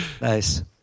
Nice